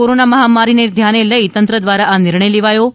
corona મહામારીને ધ્યાને લઇ તંત્ર દ્વારા આ નિર્ણય લેવાયો છે